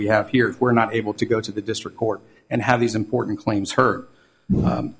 we have here we're not able to go to the district court and have these important claims her